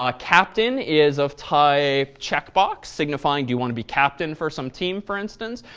ah captain is of type checkbox, signifying, do you want to be captain for some team, for instance?